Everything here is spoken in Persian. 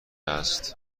است